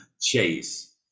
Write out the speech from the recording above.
Chase